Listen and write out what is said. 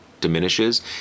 diminishes